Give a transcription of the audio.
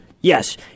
Yes